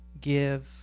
give